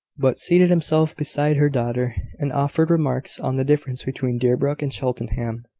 but seated himself beside her daughter, and offered remarks on the difference between deerbrook and cheltenham.